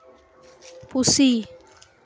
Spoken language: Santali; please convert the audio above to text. ᱯᱩᱥᱤ